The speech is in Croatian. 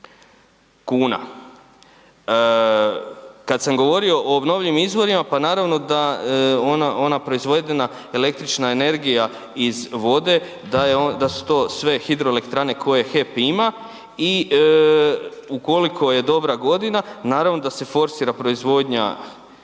kuna. Kad sam govorio o obnovljivim izvorima pa naravno da ona proizvedena električna energija iz vode da su to sve hidroelektrane koje HEP ima i ukoliko je dobra godina naravno da se forsira proizvodnja